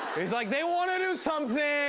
he's like, they want to do something.